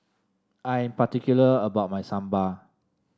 I am particular about my Sambar